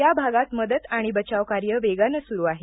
या भागात मदत आणि बचावकार्य वेगानं सुरू आहे